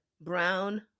Brown